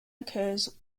occurs